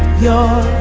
your